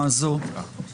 אני אענה.